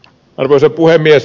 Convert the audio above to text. arvoisa puhemies